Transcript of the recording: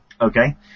Okay